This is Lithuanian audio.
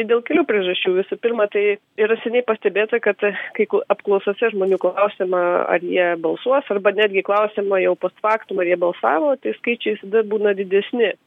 dėl kelių priežasčių visų pirma tai yra seniai pastebėta kad kai ku apklausose žmonių klausiama ar jie balsuos arba netgi klausiama jau post faktum ar jie balsavo tai skaičiai visada būna didesni